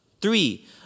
Three